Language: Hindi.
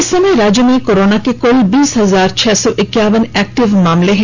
इस समय राज्य में कोरोना के क्ल बीस हजार छह सौ इक्याबन एक्टिव केस हैं